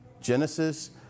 Genesis